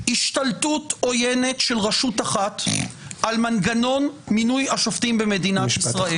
השתלטות עוינת של רשות אחת על מנגנון מינוי השופטים במדינת ישראל.